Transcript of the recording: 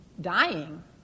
dying